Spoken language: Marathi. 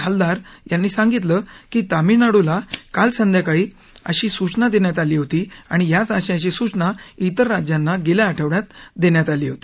हलदार यांनी सांगितलं की तामिळनाडूला काल संध्याकाळी अशी सूचना देण्यात आली आणि याच आशयाची सूचना त्विर राज्यांना गेल्या आठवड्यात देण्यात आली होती